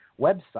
website